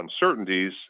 uncertainties